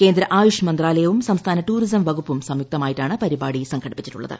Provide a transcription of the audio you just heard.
കേന്ദ്ര ആയുഷ് മന്ത്രാലയവും സംസ്ഥാന ടൂറിസം വകുപ്പും സംയുക്തമായിട്ടാണ് പരിപാടി സംഘടിപ്പിച്ചിട്ടുള്ളത്